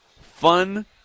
Fun